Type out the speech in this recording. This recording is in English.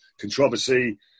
controversy